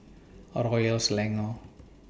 Royal Selangor